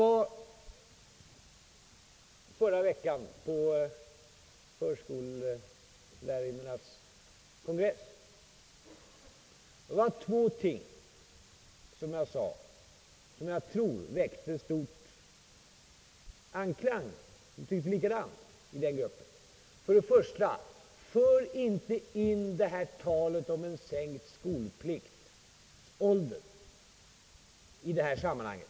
I förra veckan besökte jag förskollärarinnornas kongress. Av vad jag sade i mitt tal där tror jag två ting väckte stor anklang — kongressdeltagarna tyckte likadant som jag. För det första: för inte in talet om en sänkt skolpliktsålder i detta sammanhang!